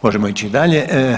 Možemo ići dalje.